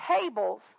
tables